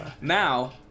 Now